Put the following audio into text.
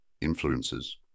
influences